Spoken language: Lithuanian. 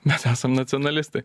mes esam nacionalistai